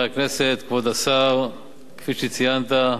בבקשה, השר כהן.